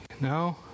No